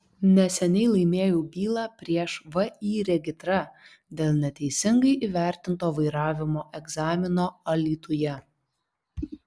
neseniai laimėjau bylą prieš vį regitra dėl neteisingai įvertinto vairavimo egzamino alytuje